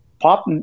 pop